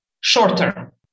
shorter